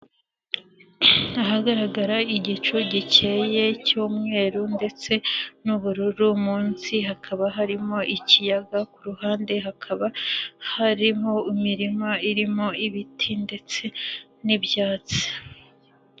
Ahagaragara igicu gikeye cy'umweru ndetse n'ubururu munsi hakaba harimo ikiyaga ku ruhande hakaba harimo imirima irimo ibiti ndetse n'ibyatsi.